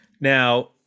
Now